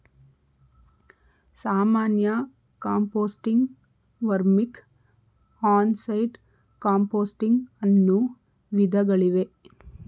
ಸಾಮಾನ್ಯ ಕಾಂಪೋಸ್ಟಿಂಗ್, ವರ್ಮಿಕ್, on site composting ಅನ್ನೂ ವಿಧಗಳಿವೆ